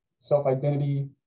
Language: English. self-identity